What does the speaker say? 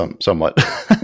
somewhat